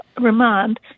remand